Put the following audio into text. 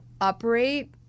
operate